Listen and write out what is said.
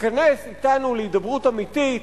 תיכנס אתנו להידברות אמיתית.